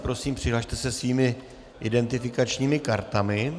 Prosím, přihlaste se svými identifikačními kartami.